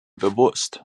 bewusst